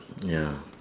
ya